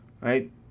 right